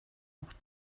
auch